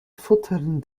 futtern